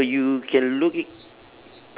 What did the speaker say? on the you can look i~